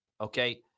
okay